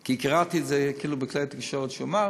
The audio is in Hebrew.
כי קראתי בכלי התקשורת שהוא אמר.